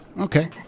Okay